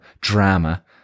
Drama